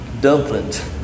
dumplings